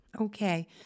Okay